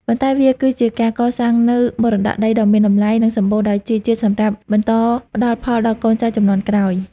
ប៉ុន្តែវាគឺជាការកសាងនូវមរតកដីដ៏មានតម្លៃ និងសម្បូរដោយជីជាតិសម្រាប់បន្តផ្ដល់ផលដល់កូនចៅជំនាន់ក្រោយ។